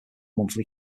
monthly